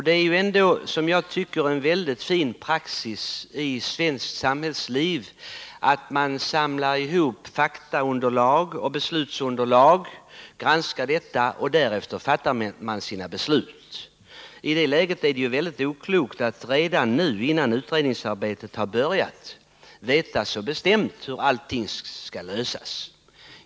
Det är ändå en väldigt fin praxis i svenskt samhällsliv att man samlar ihop fakta till ett beslutsunderlag, granskar detta och därefter fattar sina beslut. I det läget vore det mycket oklokt att redan nu innan utredningsarbetet har börjat veta så bestämt hur allting skall ordnas.